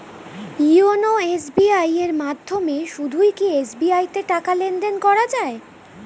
YONO SBI এর মাধ্যমে শুধুই কি এস.বি.আই তে টাকা লেনদেন করা যায়?